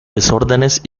desórdenes